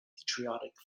patriotic